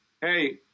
Hey